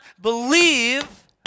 believe